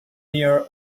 near